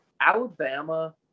Alabama